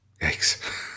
Yikes